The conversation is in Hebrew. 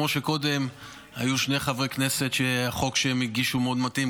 כמו שקודם היו שני חברי כנסת שהחוק שהם הגישו מאוד מתאים,